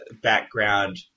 background